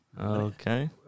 okay